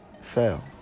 fail